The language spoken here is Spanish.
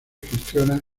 gestiona